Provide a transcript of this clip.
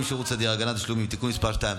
בשירות סדיר (הגנה על תשלומים) (תיקון מס' 2),